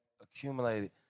accumulated